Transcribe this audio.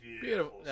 Beautiful